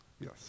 Yes